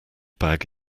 bag